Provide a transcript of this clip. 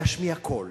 להשמיע קול,